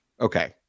Okay